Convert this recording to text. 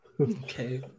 Okay